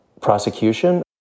prosecution